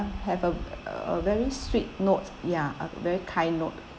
have a a very sweet note ya a very kind note